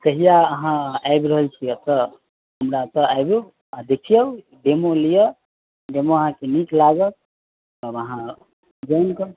तऽ कहिया अहाँ आबि रहल छी एतय हमारा एतय आबिऔ आ देखियौ डेमो लिय डेमो अहाँके नीक लागत तब अहाँ जोइन करु